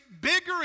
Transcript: bigger